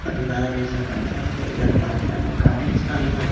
अरे ना रे सकाळच्यान ना दनपारच्यान कांयच खाले ना